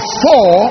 four